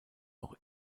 auch